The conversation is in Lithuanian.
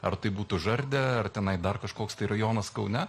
ar tai būtų žardė ar tenai dar kažkoks tai rajonas kaune